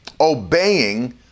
obeying